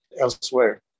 elsewhere